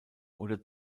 oder